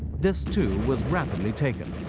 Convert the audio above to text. this too was rapidly taken,